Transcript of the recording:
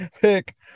pick